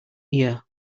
near